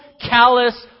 callous